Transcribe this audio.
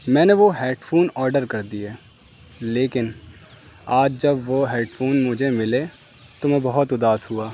میں نے وہ ہیڈ فونس آڈر کر دیئے لیکن آج جب وہ ہیڈ فونس مجھے ملے تو میں بہت اداس ہوا